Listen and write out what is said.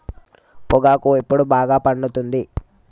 పొగాకు ఎప్పుడు బాగా పండుతుంది?